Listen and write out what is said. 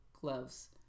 gloves